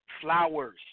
flowers